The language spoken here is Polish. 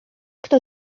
kto